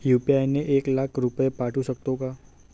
UPI ने एक लाख रुपये पाठवू शकतो का?